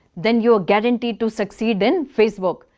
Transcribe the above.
then you are guaranteed to succeed in facebook.